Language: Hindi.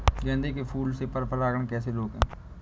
गेंदे के फूल से पर परागण कैसे रोकें?